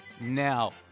now